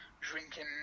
drinking